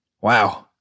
Wow